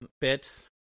bits